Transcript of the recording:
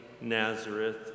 Nazareth